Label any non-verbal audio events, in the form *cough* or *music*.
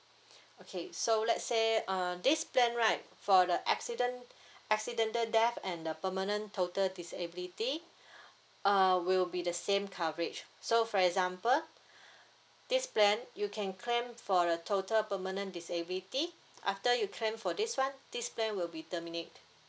okay so let's say uh this plan right for the accident accidental death and the permanent total disability *breath* uh will be the same coverage so for example *breath* this plan you can claim for the total permanent disability after you claim for this [one] this plan will be terminate